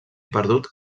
perdut